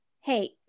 hey